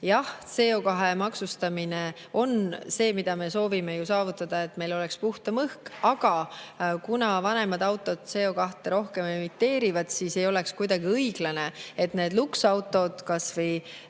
Jah, CO2maksustamine on see, mida me soovime saavutada, et meil oleks puhtam õhk, aga kuigi vanemad autod rohkem CO2emiteerivad, ei oleks kuidagi õiglane, kui luksautod – kas või,